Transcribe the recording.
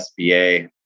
SBA